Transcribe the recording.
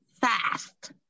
fast